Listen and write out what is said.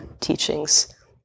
teachings